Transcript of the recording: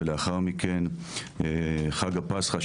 ולאחר מכן חג הפסחא,